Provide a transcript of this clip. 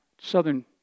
southern